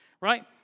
Right